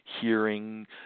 hearing